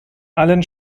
allen